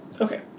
okay